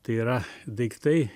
tai yra daiktai